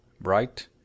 Bright